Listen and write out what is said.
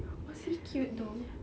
was he cute though